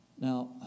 Now